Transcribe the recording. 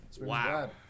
Wow